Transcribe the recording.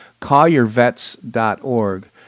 callyourvets.org